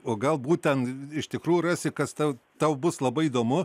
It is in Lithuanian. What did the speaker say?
o galbūt ten iš tikrųjų rasi kas tau tau bus labai įdomu